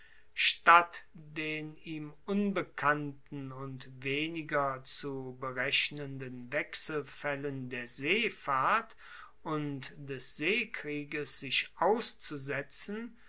statt den ihm unbekannten und weniger zu berechnenden wechselfaellen der seefahrt und des seekrieges sich auszusetzen